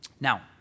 Now